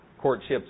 Courtships